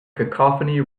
cacophony